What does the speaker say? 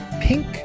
pink